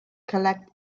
collect